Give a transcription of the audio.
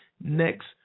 Next